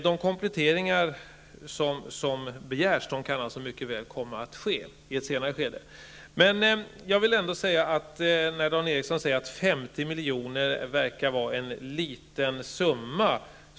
De kompletteringar som begärs kan mycket väl komma i ett senare skede. Dan Ericsson i Kolmården säger att 50 milj.kr. verkar vara en liten summa.